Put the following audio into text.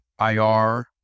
IR